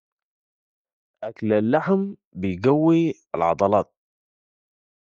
اكل اللحم بيقوي العضلات